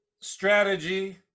strategy